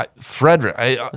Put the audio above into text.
Frederick